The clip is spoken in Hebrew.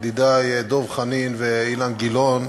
ידידי דב חנין ואילן גילאון,